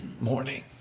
morning